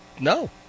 no